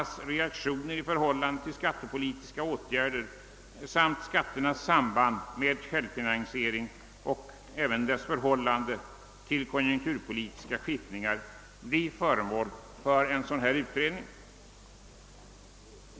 i förhållande till skattepolitiska åtgärder samt skatternas samband med självfinansiering och förhållande till konjunkturpolitiska skiftningar bli föremål för en utredning.